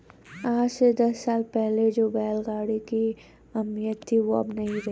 आज से दस साल पहले जो बैल गाड़ी की अहमियत थी वो अब नही रही